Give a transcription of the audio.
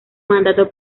mandato